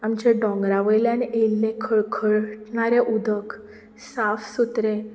आमचे दोंगरावयल्यान येयलें कळकळनारें उदक साफ सुत्रें